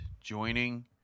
joining